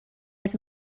his